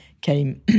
came